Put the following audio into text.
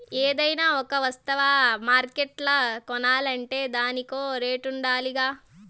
ఏదైనా ఒక వస్తువ మార్కెట్ల కొనాలంటే దానికో రేటుండాలిగా